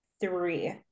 three